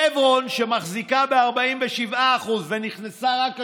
שברון, שמחזיקה ב-47% ונכנסה רק השנה,